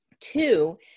Two